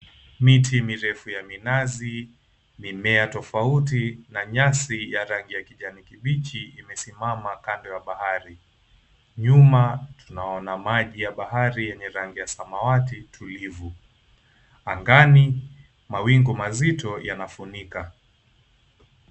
Miti mirefu ya minazi, mimea tofauti, na nyasi ya rangi ya kijani kibichi imesimama kando ya bahari. Nyuma tunaona maji ya bahari yenye rangi ya samawati tulivu. Angani mawingu mazito yanafunika.